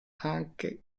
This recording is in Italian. anche